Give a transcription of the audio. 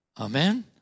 Amen